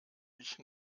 ich